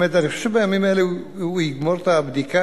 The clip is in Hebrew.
באמת אני חושב שבימים האלה הוא יגמור את הבדיקה,